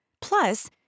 Plus